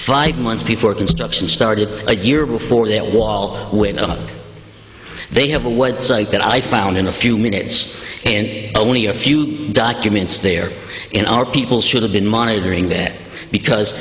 five months before construction started a year before that wall when they have a web site that i found in a few minutes and only a few documents there and our people should have been monitoring bit because